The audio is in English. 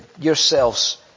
yourselves